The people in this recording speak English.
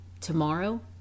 tomorrow